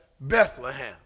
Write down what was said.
Bethlehem